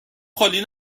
خالی